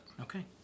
okay